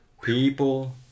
people